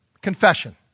Confession